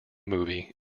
movie